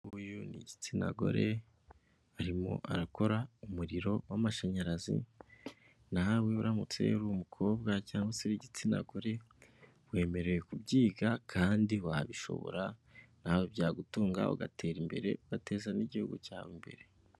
Uyu ni igitsinagore arimo arakora umuriro w'amashanyarazi, nawe uramutse uri umukobwa cyangwa se w'igitsina gore, wemerewe kubyiga kandi wabishobora nawe byagutunga, ugatera imbere ugateza n'igihugu cyawe imbere.